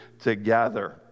together